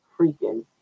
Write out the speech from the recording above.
freaking